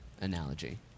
analogy